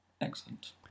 Excellent